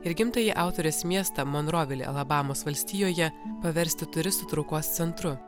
ir gimtąjį autorės miestą monrovilį alabamos valstijoje paversti turistų traukos centru